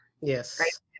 Yes